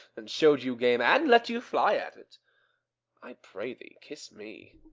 and show'd you game, and let you fly at it i pray thee, kiss me